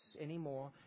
anymore